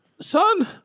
Son